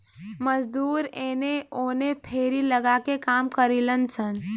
मजदूर एने ओने फेरी लगा के काम करिलन सन